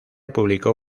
publicó